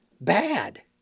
bad